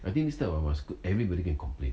I think this type orh must that everybody go and complain